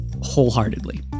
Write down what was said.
wholeheartedly